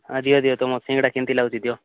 ହାଁ ଦିଅ ଦିଅ ତୁମର ସିଙ୍ଗଡ଼ା କେମିତି ଲାଗୁଛି ଦିଅ